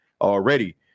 already